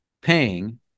paying